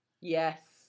Yes